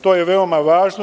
To je veoma važno.